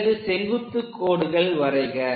பிறகு செங்குத்துக் கோடுகள் வரைக